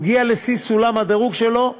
הוא הגיע לשיא סולם הדירוג שלו,